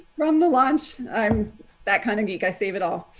from the launch. i'm that kind of geek. i save it all.